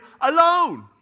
alone